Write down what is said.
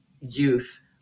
youth